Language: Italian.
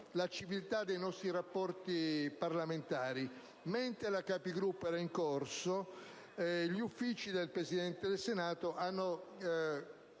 la civiltà dei nostri rapporti parlamentari). Mentre la Capigruppo era in corso, gli uffici del Presidente del Senato hanno